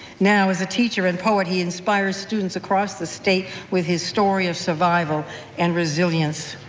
now, as a teacher and poet, he inspires students across the state with his story of survival and resilience.